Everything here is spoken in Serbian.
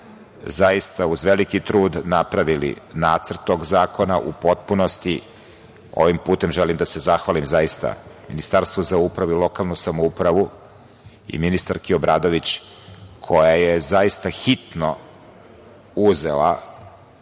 zaista uz velik trud napravili Nacrt tog zakona u potpunosti i želim da se zahvalim ovim putem Ministarstvu za upravu i lokalnu samoupravu i ministarki Obradović, koja je zaista hitno uzela